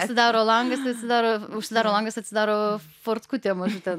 atidaro langas atsidaro užsidaro langas atsidaro fortkutė mažutė